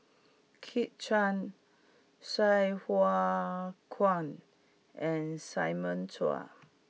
Kit Chan Sai Hua Kuan and Simon Chua